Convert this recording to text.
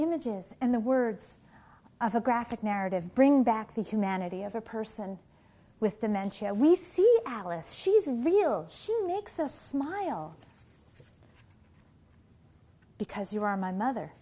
images and the words of a graphic narrative bring back the humanity of a person with dementia we see alice she's real she makes us smile because you are my mother